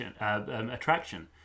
attraction